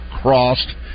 crossed